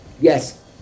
yes